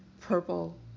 purple